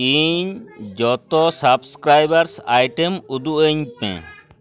ᱤᱧ ᱡᱚᱛᱚ subscribers item ᱩᱫᱩᱜᱟᱹᱧ ᱢᱮ